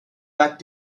back